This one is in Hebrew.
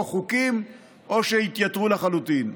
או חוקים שהתייתרו לחלוטין.